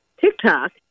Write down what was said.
TikTok